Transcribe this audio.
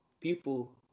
people